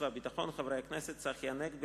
חברי הכנסת צחי הנגבי,